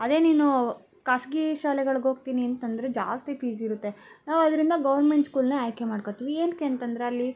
ಅದೇ ನೀನು ಖಾಸಗಿ ಶಾಲೆಗಳ್ಗೋಗ್ತಿನಿ ಅಂತಂದರೆ ಜಾಸ್ತಿ ಫೀಸಿರುತ್ತೆ ನಾವು ಅದರಿಂದ ಗೌರ್ಮೆಂಟ್ ಸ್ಕೂಲನ್ನೇ ಆಯ್ಕೆ ಮಾಡ್ಕೊತೀವಿ ಏನಕ್ಕೆ ಅಂತಂದ್ರೆ ಅಲ್ಲಿ